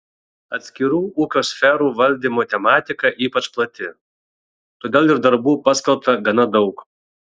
atskirų ūkio sferų valdymo tematika ypač plati todėl ir darbų paskelbta gana daug